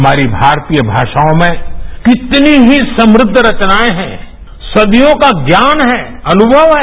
हमारी भारतीयभाषायों में कितनी ही समुद्ध रचनाएं हैं सदियों का ज्ञान हैअनुथव है